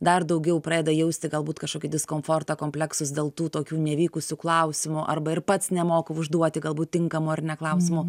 dar daugiau pradeda jausti galbūt kažkokį diskomfortą kompleksus dėl tų tokių nevykusių klausimų arba ir pats nemoka užduoti galbūt tinkamų ar ne klausimų